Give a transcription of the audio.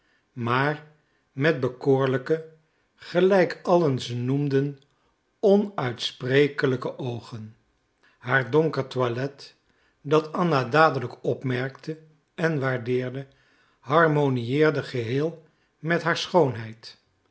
maar met bekoorlijke gelijk allen ze noemden onuitsprekelijke oogen haar donker toilet dat anna dadelijk opmerkte en waardeerde harmoniëerde geheel met haar schoonheid